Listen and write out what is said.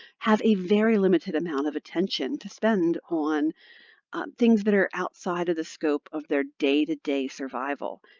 have a very limited amount of attention to spend on things that are outside of the scope of their day-to-day survival.